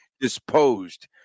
disposed